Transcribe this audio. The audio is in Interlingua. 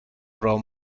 pro